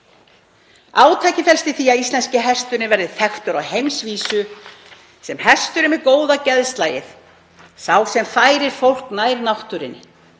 Átakið felst í því að íslenski hesturinn verði þekktur á heimsvísu sem reiðhesturinn með góða geðslagið, sá sem færir fólk nær náttúrunni.